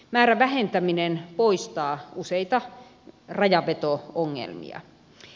määrän vähentäminen poistaa useita rajanveto ongelmia